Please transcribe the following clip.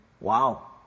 Wow